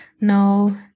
no